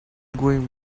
going